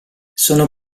sono